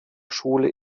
schule